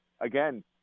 Again